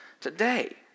today